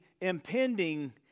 impending